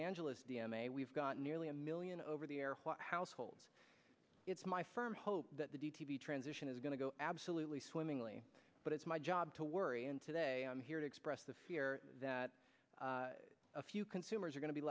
angeles d m a we've got nearly a million over the air households it's my firm hope that the d t b transition is going to go absolutely swimmingly but it's my job to worry and today i'm here to express the fear that a few consumers are going to be